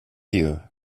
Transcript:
you